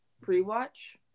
pre-watch